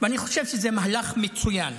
ואני חושב שזה מהלך מצוין,